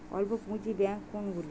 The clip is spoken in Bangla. অল্প পুঁজি ব্যাঙ্ক কোনগুলি?